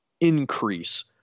increase